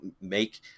make